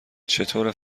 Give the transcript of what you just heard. چطوره